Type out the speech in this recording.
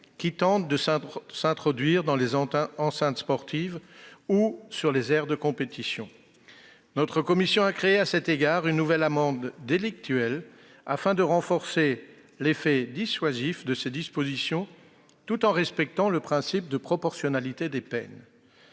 qui tentent de s'introduire dans les enceintes sportives ou sur les aires de compétition. Notre commission a créé à cette fin une nouvelle amende délictuelle, de manière à renforcer l'effet dissuasif de ces dispositions tout en respectant le principe de proportionnalité des peines.